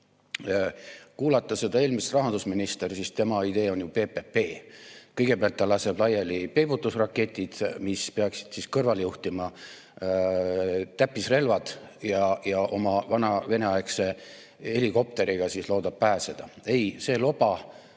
Kuulates eelmist rahandusministrit, siis tema idee oli ju PPP. Kõigepealt ta laseb laiali peibutusraketid, mis peaksid kõrvale juhtima täppisrelvad, ja siis oma vana veneaegse helikopteriga loodab pääseda. Ei, see loba,